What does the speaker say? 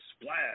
splash